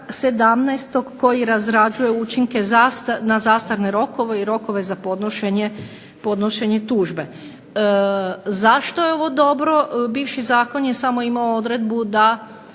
17. koji razrađuje učinke na zastarne rokove i rokove za podnošenje tužbe. Zašto je ovo dobro? Bivši zakon je samo imao odredbu da